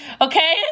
Okay